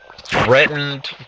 threatened